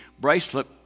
bracelet